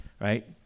right